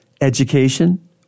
education